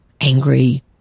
angry